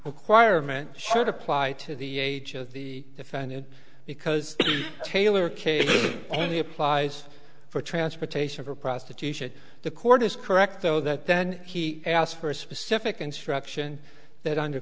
requirement should apply to the age of the defend it because taylor case only applies for transportation for prostitution the court is correct though that then he asked for a specific instruction that under